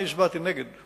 אני הצבעתי נגד.